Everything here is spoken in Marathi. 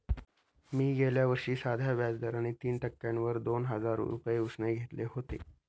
मी गेल्या वर्षी साध्या व्याज दराने तीन टक्क्यांवर दोन हजार रुपये उसने घेतले होते